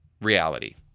reality